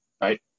right